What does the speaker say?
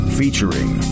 featuring